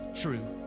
true